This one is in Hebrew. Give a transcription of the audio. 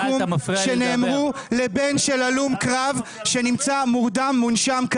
שנאמרו לבן של הלום קרב שנמצא מורדם ומונשם,